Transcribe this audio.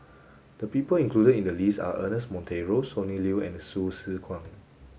the people included in the list are Ernest Monteiro Sonny Liew and Hsu Tse Kwang